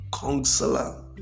counselor